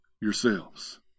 yourselves